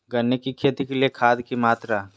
गन्ने की खेती के लिए खाद की मात्रा?